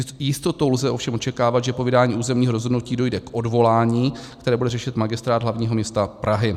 S jistotou lze ovšem očekávat, že po vydání územního rozhodnutí dojde k odvolání, které bude řešit Magistrát hlavního města Prahy.